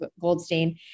Goldstein